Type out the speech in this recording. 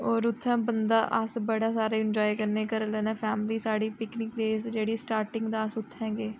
होर उत्थै बंदा अस बड़ा सारा एंजॉय करने घरा आह्लें कन्नै फैमिली साढ़ी पिकनिक बेस जेह्ड़ी स्टार्टिंग दा अस उत्थे गै